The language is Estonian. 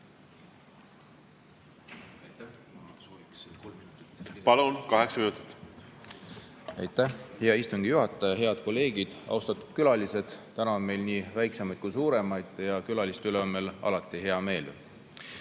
Palun, kaheksa minutit! Aitäh, hea istungi juhataja! Head kolleegid! Austatud külalised! Täna on meil nii väiksemaid kui ka suuremaid [külalisi]. Külaliste üle on meil alati hea meel.